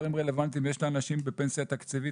מבנה ההסכמים מחייב אותנו לתת הפרשות לצוברת.